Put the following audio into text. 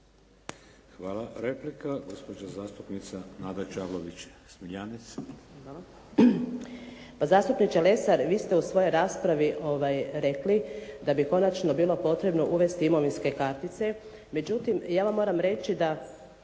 Hvala. Replika, gospođa zastupnica Nada Čavlović Smiljanec. **Čavlović Smiljanec, Nada (SDP)** Hvala. Pa zastupniče Lesar vi ste u svojoj raspravi rekli da bi konačno bilo potrebno uvesti imovinske kartice. Međutim, ja vam moram reći da